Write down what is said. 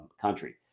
country